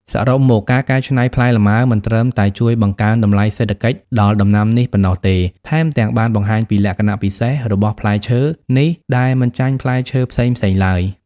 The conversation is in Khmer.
សរុបមក ការកែច្នៃផ្លែលម៉ើមិនត្រឹមតែជួយបង្កើនតម្លៃសេដ្ឋកិច្ចដល់ដំណាំនេះប៉ុណ្ណោះទេ ថែមទាំងបានបង្ហាញពីលក្ខណៈពិសេសរបស់ផ្លែឈើនេះដែលមិនចាញ់ផ្លែឈើផ្សេងៗឡើយ។